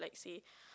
say